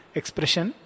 expression